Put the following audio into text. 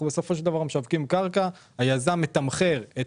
אנחנו משווקים את הקרקע והיזם הוא זה שמתמחר את